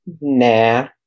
nah